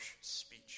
speech